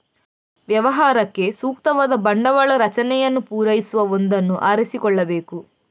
ವ್ಯವಹಾರಕ್ಕೆ ಸೂಕ್ತವಾದ ಬಂಡವಾಳ ರಚನೆಯನ್ನು ಪೂರೈಸುವ ಒಂದನ್ನು ಆರಿಸಿಕೊಳ್ಳಬೇಕು